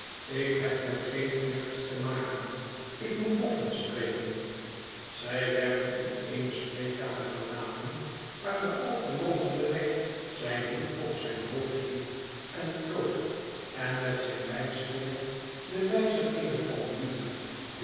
ik heb met geen knechts te maken ik moet boffin spreken zij werden in eene spreekkamer gelaten waar de alvermogende wegg zijn hoed op zijn hoofd hield en floot en met zijn wijsvinger den wijcer eener pendule